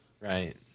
right